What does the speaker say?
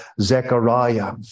Zechariah